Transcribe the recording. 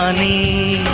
um me